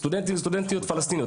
סטודנטים וסטודנטיות פלשתינים.